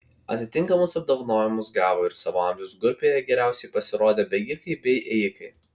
atitinkamus apdovanojimus gavo ir savo amžiaus grupėje geriausiai pasirodę bėgikai bei ėjikai